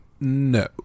No